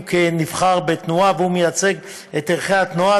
הוא נבחר בתנועה והוא מייצג את ערכי התנועה.